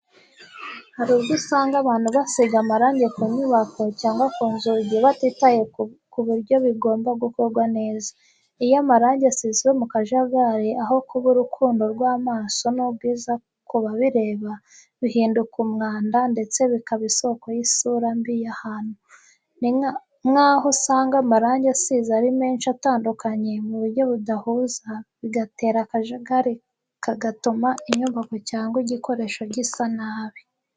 Hari ubwo usanga abantu basiga amarangi ku nyubako cyangwa ku nzugi batitaye ku buryo bigomba gukorwa neza. Iyo amarangi asizwe mu kajagari, aho kuba urukundo rw’amaso n’ubwiza kubabireba, bihinduka umwanda ndetse bikaba isoko y’isura mbi y’ahantu. Nk’aho usanga amarangi asize ari menshi atandukanye mu buryo budahuza, bigatera akajagari kagatuma inyubako cyangwa igikoresho gisa nabi.